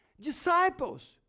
disciples